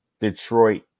Detroit